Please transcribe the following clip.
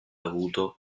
avuto